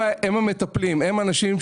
המטפלים.